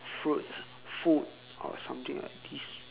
fruits food or something like these